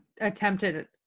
attempted